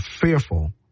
fearful